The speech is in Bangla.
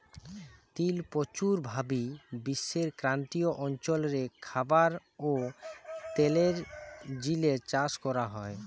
তিল প্রচুর ভাবি বিশ্বের ক্রান্তীয় অঞ্চল রে খাবার ও তেলের জিনে চাষ করা হয়